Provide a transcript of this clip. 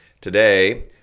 Today